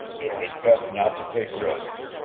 it was best not to take risks.